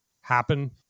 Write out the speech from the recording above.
happen